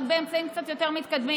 רק באמצעים קצת יותר מתקדמים,